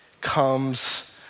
comes